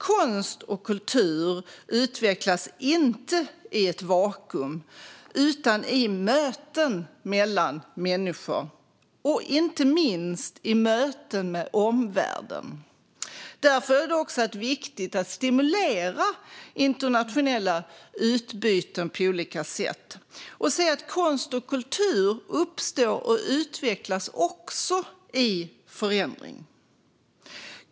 Konst och kultur utvecklas inte i ett vakuum utan i möten mellan människor, och inte minst i möten med omvärlden. Därför är det också viktigt att stimulera internationella utbyten på olika sätt, och se att konst och kultur uppstår och utvecklas också i förändring.